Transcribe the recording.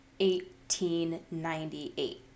1898